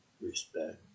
respect